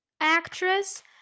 actress